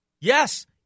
Yes